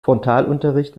frontalunterricht